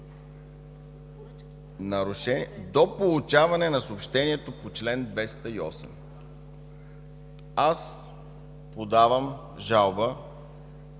До получаване на съобщението по чл. 208. Например подавам жалба